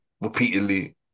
repeatedly